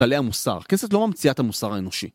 קלי המוסר. כנסת לא ממציאה את המוסר האנושי.